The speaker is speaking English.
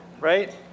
right